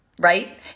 right